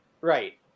Right